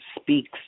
speaks